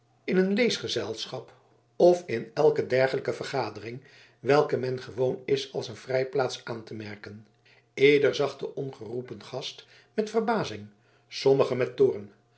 in een leesgezelschap of in elke dergelijke vergadering welke men gewoon is als een vrijplaats aan te merken ieder zag den ongeroepen gast met verbazing sommigen